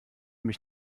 mich